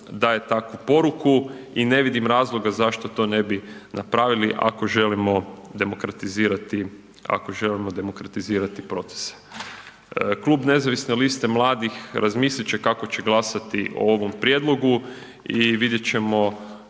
daje takvu poruku i ne vidim razloga zašto to ne bi napravili ako želimo demokratizirati procese. Klub Nezavisne liste mladih razmislit će kako se glasati o ovom prijedlogu i vidit ćemo